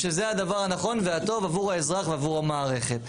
שזה הדבר הנכון והטוב עבור האזרח ועבור המערכת.